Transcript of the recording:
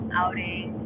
outing